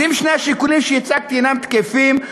אם שני השיקולים שהצגתי אינם תקפים,